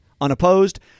unopposed